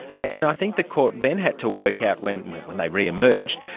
and i think the court then had to work out, when when they re-emerged,